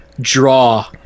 draw